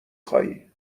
خوایی